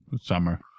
summer